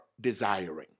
desiring